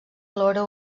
alhora